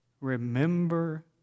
remember